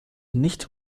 nicht